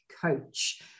coach